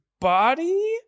body